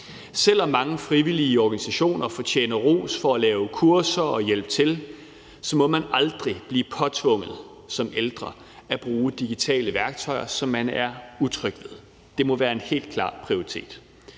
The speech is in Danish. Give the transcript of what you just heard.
Selv om mange frivillige organisationer fortjener ros for at lave kurser og hjælpe til, må man aldrig blive påtvunget som ældre at bruge digitale værktøjer, som man er utryg ved. Det må være en helt klar prioritet.